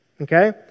Okay